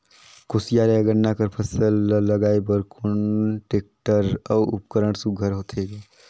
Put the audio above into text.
कोशियार या गन्ना कर फसल ल लगाय बर कोन टेक्टर अउ उपकरण सुघ्घर होथे ग?